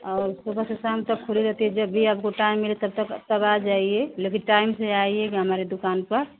और सुबह से शाम तक खुली रहती है जब भी आपको टाइम मिले तब तक तब आ जाइए लेकिन टाइम से आइएगा हमारे दुकान पर